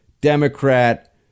Democrat